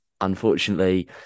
unfortunately